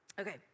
okay